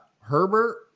Herbert